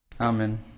Amen